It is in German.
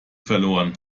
verloren